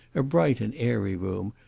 a bright and airy room,